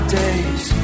days